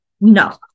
No